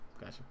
Gotcha